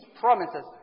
promises